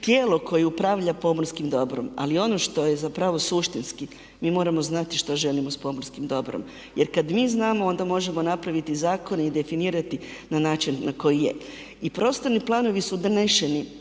tijelo koje upravlja pomorskim dobrom. Ali ono što je zapravo suštinski mi moramo znati što želimo s pomorskim dobrom, jer kad mi znamo onda možemo napraviti zakone i definirati na način na koji je. I prostorni planovi su doneseni